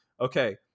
okay